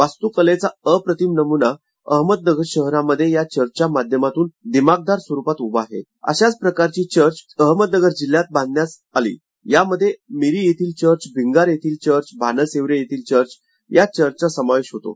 वास्तुकलेचा अप्रतिम नमुना अहमदनगर शहरांमध्ये या चर्चेच्या माध्यमातुन दिमाखदार स्वरुपात उभा आहे अशाच प्रकारची चर्च अहमदनगर जिल्ह्यात बांधण्यात आली यामध्ये मिरी येथील चर्च भिंगार येथील चर्च भानस हिवरे येथील चर्च चा समावेश होतो